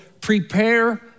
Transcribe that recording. Prepare